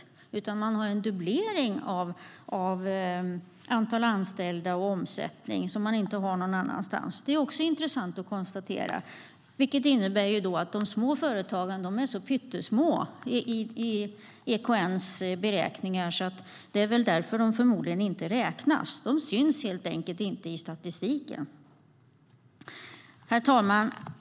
Man har en dubblering av antalet anställda och omsättning som man inte har någon annanstans. Det är också intressant att konstatera. Det innebär att de små företagen är så pyttesmå i EKN:s beräkningar att de förmodligen därför inte räknas. De syns helt enkelt inte i statistiken. Herr talman!